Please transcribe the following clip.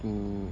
to